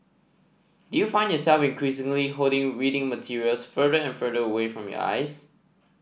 do you find yourself increasingly holding reading materials further and further away from your eyes